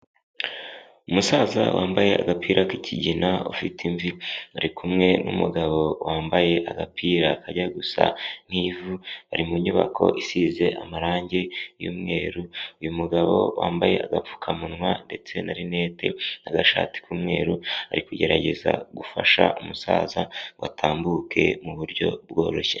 Umusaza wambaye agapira k'ikigina ufite imvi, ari kumwe n'umugabo wambaye agapira kajya gusa nk'ivu, bari mu nyubako isize amarangi y'umweru, uyu mugabo wambaye agapfukamunwa ndetse na rinete n'agashati k'umweru ari kugerageza gufasha umusaza ngo atambuke mu buryo bworoshye.